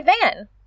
van